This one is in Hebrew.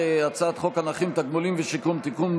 הצעת חוק הנכים (תגמולים ושיקום) (תיקון,